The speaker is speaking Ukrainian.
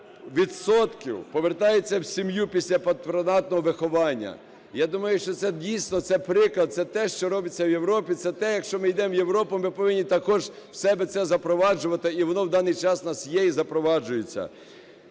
відсотків повертаються в сім'ю після патронатного виховання. Я думаю, що це дійсно це приклад, це те, що робиться в Європі, це те, якщо ми йдемо в Європу, ми повинні також у себе це запроваджувати, і воно в даний час у нас є і запроваджується.